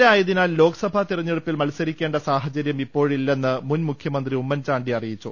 A ആയതിനാൽ ലോക്സഭാ തെരഞ്ഞെ ടുപ്പിൽ മത്സരിക്കേണ്ട സാഹചര്യം ഇപ്പോഴില്ലെന്ന് മുൻ മുഖ്യമന്ത്രി ഉമ്മൻചാണ്ടി അറിയിച്ചു